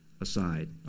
aside